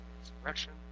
expression